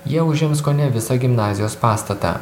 jie užims kone visą gimnazijos pastatą